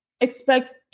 expect